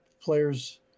players